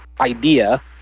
idea